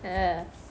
uh